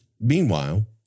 Meanwhile